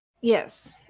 Yes